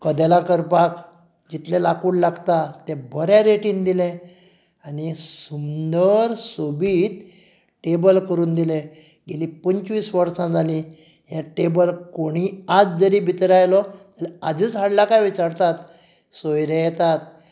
कदेलां करपाक जितलें लाकूड लागता तें बरे रेटीन दिलें आनी सुंदर सोबीत टेबल करून दिलें गेली पंचवीस वर्सां जाली हें टेबल जर कोणय आयज जरी भितर आयलो जर आयजच हाडलां काय विचारतात सोयरे येतात